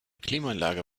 klimaanlage